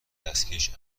دستکش